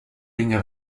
vinga